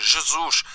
Jesus